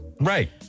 Right